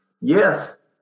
Yes